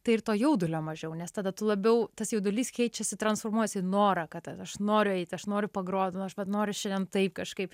tai ir to jaudulio mažiau nes tada tu labiau tas jaudulys keičiasi transformuojasi į norą kad aš noriu eit aš noriu pagrot nu aš vat noriu šiandien taip kažkaip